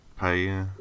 pay